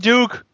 Duke